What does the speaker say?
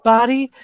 Body